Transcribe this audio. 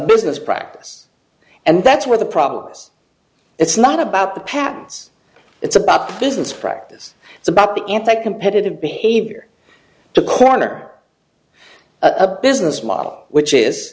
business practice and that's where the problem lies it's not about the patents it's about the business practice it's about the anti competitive behavior to corner a business model which is